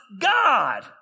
God